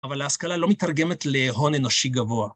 אבל ההשכלה לא מתרגמת להון אנושי גבוה.